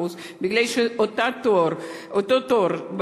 בגלל שאותו תור,